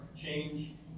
change